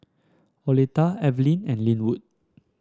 Oleta Evelyne and Lynwood